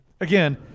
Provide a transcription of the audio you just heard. again